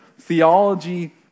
Theology